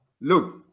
look